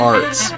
Arts